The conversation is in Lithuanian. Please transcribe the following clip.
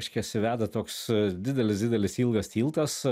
reiškiasi veda toks didelis didelis ilgas tiltas